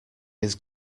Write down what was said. his